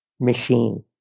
machine